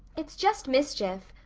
it's just mischief.